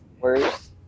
worse